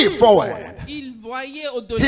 forward